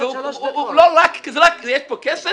יש פה כסף?